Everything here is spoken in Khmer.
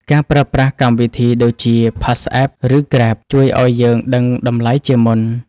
ការប្រើប្រាស់កម្មវិធីដូចជា PassApp ឬ Grab ជួយឱ្យយើងដឹងតម្លៃជាមុន។